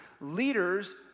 Leaders